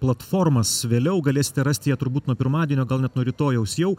platformas vėliau galėsite rasti ją turbūt nuo pirmadienio gal net nuo rytojaus jau